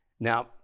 Now